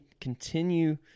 continue